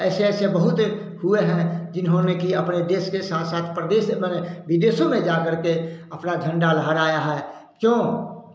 ऐसे ऐसे बहुत हुए हैं जिन्होंने कि अपने देश के साथ साथ प्रदेश अपने विदेशों में जाकर के अपना झंडा लहराया है क्यों